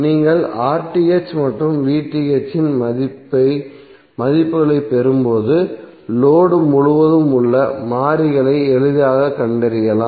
நீங்கள் மற்றும் இன் மதிப்புகளைப் பெறும்போது லோடு முழுவதும் உள்ள மாறிகளை எளிதாகக் கண்டறியலாம்